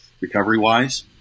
recovery-wise